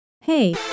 Hey